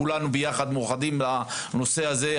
כולנו ביחד מאוחדים לנושא הזה.